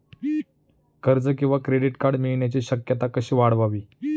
कर्ज किंवा credit card मिळण्याची शक्यता कशी वाढवावी?